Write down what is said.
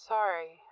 Sorry